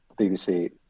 bbc